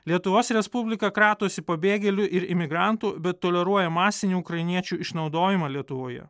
lietuvos respublika kratosi pabėgėlių ir imigrantų bet toleruoja masinį ukrainiečių išnaudojimą lietuvoje